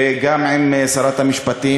וגם עם שרת המשפטים,